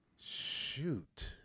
shoot